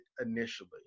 initially